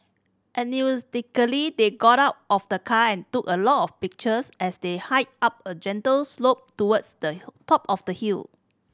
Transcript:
enthusiastically they got out of the car and took a lot of pictures as they hiked up a gentle slope towards the top of the hill